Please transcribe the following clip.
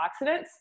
antioxidants